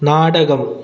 നാടകം